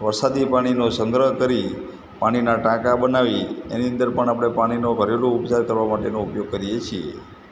વરસાદી પાણીનો સંગ્રહ કરી પાણીના ટાંકા બનાવી એની અંદર પણ આપણે પાણીનો ઘરેલું ઉપચાર કરવા માટેનો ઉપયોગ કરીએ છીએ